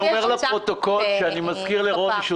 אני אומר לפרוטוקול שאני מזכיר לרוני חזקיהו